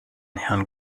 herrn